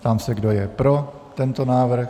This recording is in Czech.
Ptám se, kdo je pro tento návrh.